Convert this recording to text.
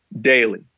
daily